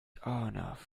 arnav